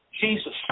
Jesus